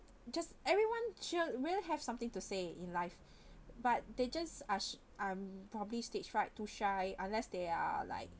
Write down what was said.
just everyone sure will have something to say in life but they just ash~ um probably stage fright too shy unless they are like